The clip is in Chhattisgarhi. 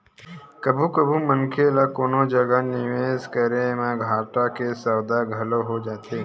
कभू कभू मनखे ल कोनो जगा निवेस करई म घाटा के सौदा घलो हो जाथे